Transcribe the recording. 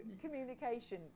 communication